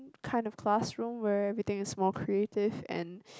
kind of classroom where everything is more creative and